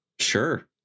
sure